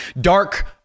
dark